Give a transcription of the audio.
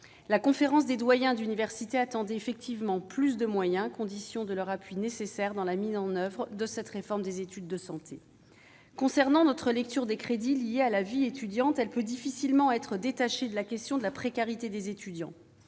la conférence des doyens d'université attendait plus de moyens, condition de son appui nécessaire à la mise en oeuvre de la réforme des études de santé. Notre appréciation des crédits consacrés à la vie étudiante peut difficilement être détachée de la question de la précarité des étudiants.